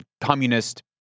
communist